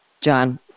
John